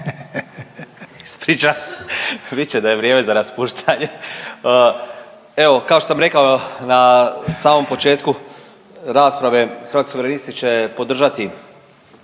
Ispričavam se, viče da je vrijeme za raspuštanje. Evo, kao što sam rekao na samom početku rasprave Hrvatski suverenisti će podržati